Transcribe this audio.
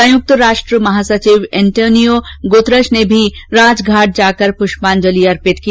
संयुक्त राष्ट्र महासचिव अंतोनियो गुतरश ने भी राजघाट जाकर प्रष्पांजलि अर्पित की